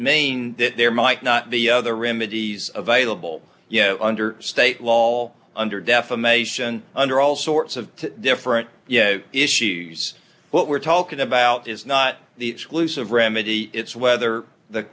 mean that there might not be other remedies available you know under state law under defamation under all sorts of different issues what we're talking about is not the exclusive remedy it's whether the